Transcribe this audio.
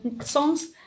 songs